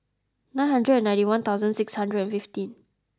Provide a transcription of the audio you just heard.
nine hundred and ninety one thousand six hundred and fifteen